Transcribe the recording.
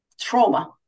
trauma